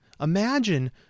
imagine